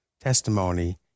testimony